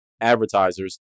advertisers